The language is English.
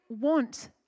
want